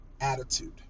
attitude